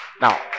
Now